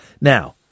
Now